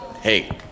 Hey